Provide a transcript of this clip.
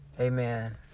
Amen